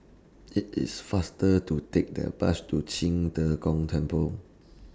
IT IS faster to Take their Bus to Qing De Gong Temple